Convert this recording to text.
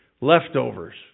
Leftovers